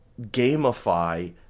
gamify